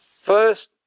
First